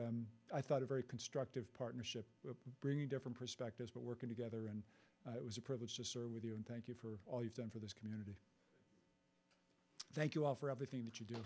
very i thought a very constructive partnership bringing different perspectives but working together and it was a privilege to serve with you and thank you for all you've done for this community thank you all for everything that you do